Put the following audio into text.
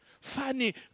funny